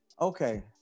Okay